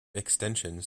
extensions